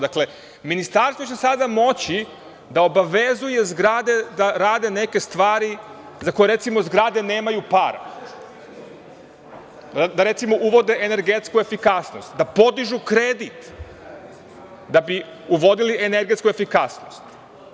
Dakle, ministarstvo će sada moći da obavezuje zgrade da rade neke stvari za koje, recimo, zgrade nemaju para, da recimo uvode energetsku efikasnost, da podižu kredit da bi uvodili energetsku efikasnost.